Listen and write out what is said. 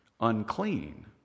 unclean